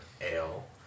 ale